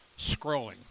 scrolling